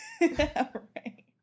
right